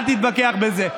אל תתווכח על זה.